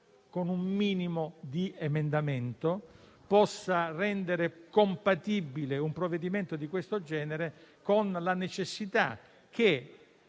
con un minimo di emendamento; possa rendere compatibile un provvedimento di questo genere con le necessità che